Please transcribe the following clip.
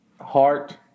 heart